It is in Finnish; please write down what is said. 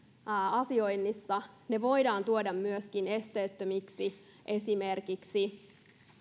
asioinnissa ne voidaan tuoda myöskin esteettömiksi esimerkiksi